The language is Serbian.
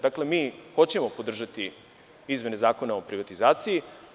Dakle, mi hoćemo podržati izmene Zakona o privatizaciji.